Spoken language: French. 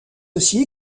aussi